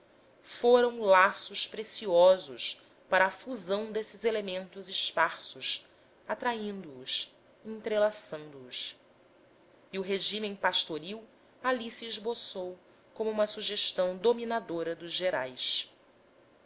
foram laços preciosos para a fusão desses elementos esparsos atraindoos entrelaçando os e o regime pastoril ali se esboçou como uma sugestão dominadora dos gerais